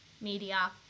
media